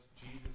Jesus